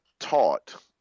taught